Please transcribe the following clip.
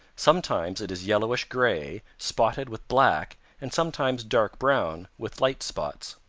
sometimes it is yellowish-gray spotted with black and sometimes dark brown with light spots.